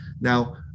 Now